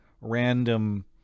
random